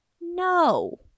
No